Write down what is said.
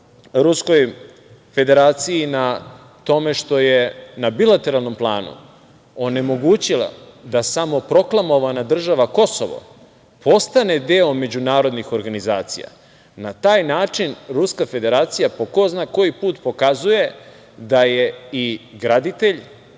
Ruskoj Federaciji na tome što je na bilateralnom planu onemogućila da samoproklamovana država Kosovo postane deo međunarodnih organizacija. Na taj način Ruska Federacija po ko zna koji put pokazuje da je i graditelj,